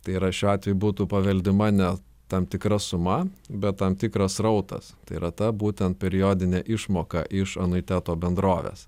tai yra šiuo atveju būtų paveldima ne tam tikra suma bet tam tikras srautas tai yra ta būtent periodinė išmoka iš anuiteto bendrovės